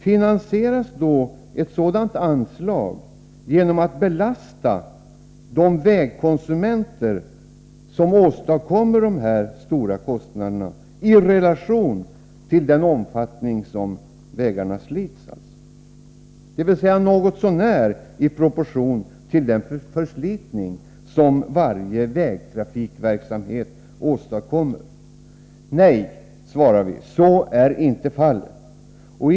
Finansieras då ett sådant anslag genom att man belastar vägtrafikanterna med kostnaderna i relation till den omfattning vägarna slits, dvs. kostnader som något så när står i proportion till den förslitning som varje vägtrafikverksamhet åstadkommer? Nej, svarar vi — så är inte fallet.